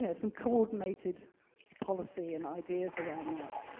you know some coordinated policy and ideas around that.